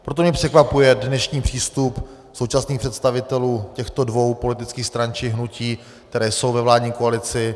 Proto mě překvapuje dnešní přístup současných představitelů těchto dvou politických stran či hnutí, které jsou ve vládní koalici.